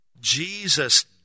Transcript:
Jesus